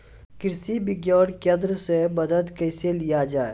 कृषि विज्ञान केन्द्रऽक से मदद कैसे लिया जाय?